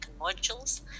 modules